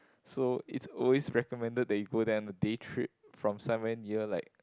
so it's always recommended that you go there on a day trip from somewhere near like